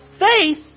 faith